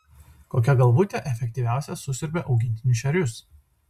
kokia galvutė efektyviausia susiurbia augintinių šerius